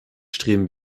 streben